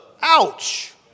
Ouch